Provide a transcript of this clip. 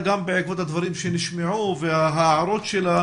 בעקבות הדברים שנשמעו וההערות שהועלו,